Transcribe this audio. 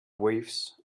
waves